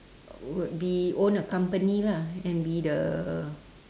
would be own a company lah and be the